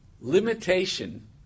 Limitation